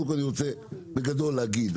קודם כל אני רוצה בגדול להגיד,